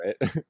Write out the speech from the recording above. right